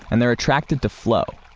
and they're attracted to flow.